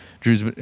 Drew's